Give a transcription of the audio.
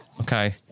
okay